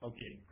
Okay